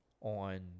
on